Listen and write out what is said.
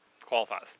qualifies